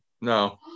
No